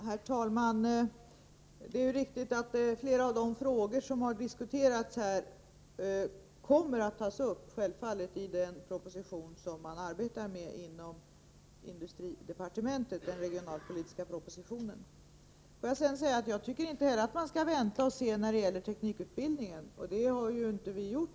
Herr talman! Det är riktigt att flera av de frågor som här har diskuterats kommer att tas upp i den proposition som man arbetar med inom industridepartementet, den regionalpolitiska propositionen. Jag tycker inte heller att man skall vänta och se när det gäller teknikutbildningen, och det har vi inte heller gjort.